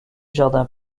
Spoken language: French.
jardin